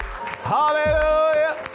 Hallelujah